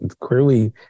clearly